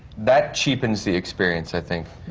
that cheapens the experience, i think,